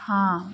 ਹਾਂ